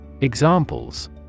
Examples